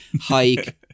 hike